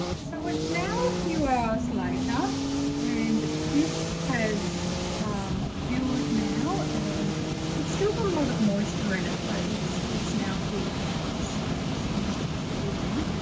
so it's now a few hours later and this has cured now and it's still got a lot of moisture in it but it's it's now cool to touch so it's finished its curing.